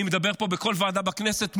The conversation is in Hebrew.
אני מדבר פה בכל ועדה בכנסת מולו,